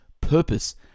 Purpose